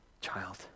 child